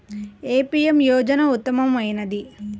ఏ PM యోజన ఉత్తమమైనది?